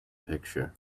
picture